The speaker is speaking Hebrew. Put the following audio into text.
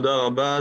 תודה רבה.